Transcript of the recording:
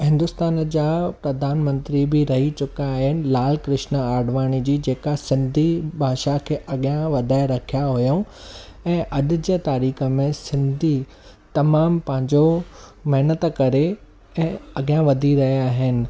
हिन्दुस्तान जा प्रधानमंत्री बि रही चुका आहिनि लाल कृष्ण आॾवाणी जी जेका सिंधी भाषा खे अॻियां वधाए रखिया हुयऊं ऐं अॼु जे तारीख़ में सिंधी तमाम पंहिंजो मेहनत करे ऐं अॻियां वधी रहिया आहिनि